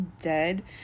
dead